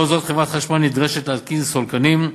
לאור זאת, חברת החשמל נדרשת להתקין סולקנים.